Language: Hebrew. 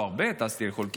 הרבה טסתי לחו"ל.